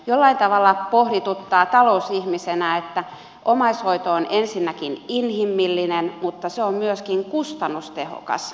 jollain tavalla pohdituttaa talousihmisenä että omaishoito on ensinnäkin inhimillinen mutta se on myöskin kustannustehokas tapa hoitaa asiaa